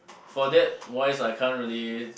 for that wise I can't really